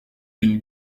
d’une